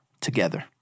together